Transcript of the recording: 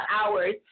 hours